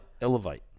Elevate